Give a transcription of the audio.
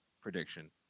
prediction